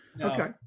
Okay